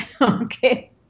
Okay